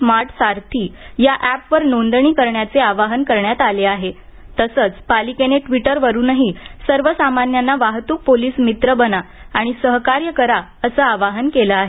smart Sarathi या एपवर नोंदणी करण्याचे आवाहन करण्यात आले आहे तसंच पालिकेने ट्वीटर वरूनही सर्वसामान्यांना वाहतूक पोलीस मित्र बना आणि सहकार्य करा असं आवाहन केलं आहे